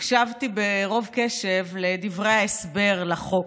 הקשבתי ברוב קשב לדברי ההסבר לחוק.